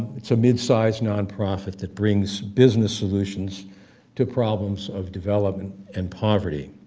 it's a mid-size non-profit that brings business solutions to problems of development and poverty.